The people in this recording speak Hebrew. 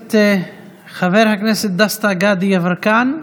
הכנסת דסטה גדי יברקן,